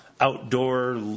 outdoor